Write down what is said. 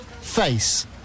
Face